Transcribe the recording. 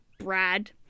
Brad